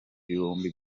ibihumbi